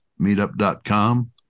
meetup.com